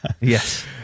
yes